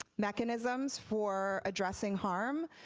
mechanisms for addressing harm,